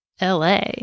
LA